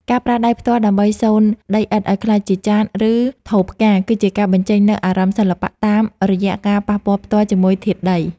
ការប្រើដៃផ្ទាល់ដើម្បីសូនដីឥដ្ឋឱ្យក្លាយជាចាន ឬ ថូផ្កា គឺជាការបញ្ចេញនូវអារម្មណ៍សិល្បៈតាមរយៈការប៉ះពាល់ផ្ទាល់ជាមួយធាតុដី។